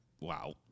Wow